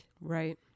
Right